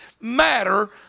matter